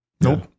nope